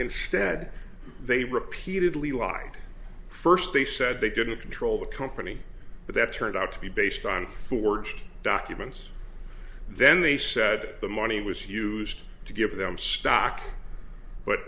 instead they repeatedly lied first they said they didn't control the company but that turned out to be based on forged documents then they said the money was used to give them stock but